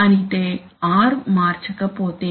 అయితే r మార్చకపోతే